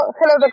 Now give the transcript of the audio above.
Hello